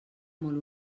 molt